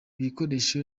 bikoresho